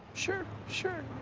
sure. sure.